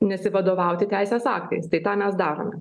nesivadovauti teisės aktais tai tą mes darome